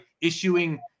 issuing